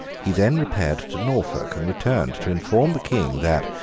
he then repaired to norfolk, and returned to inform the king that,